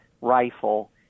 rifle